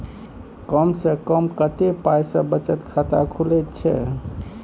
कम से कम कत्ते पाई सं बचत खाता खुले छै?